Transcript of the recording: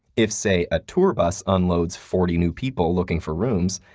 if, say, a tour bus unloads forty new people looking for rooms,